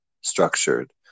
structured